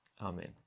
amen